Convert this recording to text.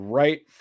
right